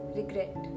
regret